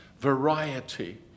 variety